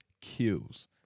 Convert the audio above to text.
kills